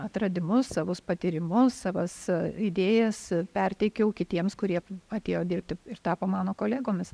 atradimus savus patyrimus savas idėjas perteikiau kitiems kurie atėjo dirbti ir tapo mano kolegomis